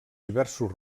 diversos